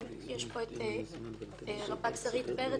נמצאת פה רפ"ק שרית פרץ.